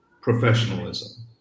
professionalism